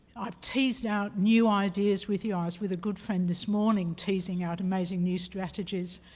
i've teased out new ideas with you. i was with a good friend this morning teasing out amazing new strategies.